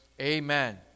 amen